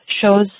shows